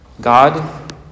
God